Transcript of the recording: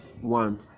One